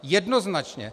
Jednoznačně.